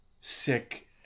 Sick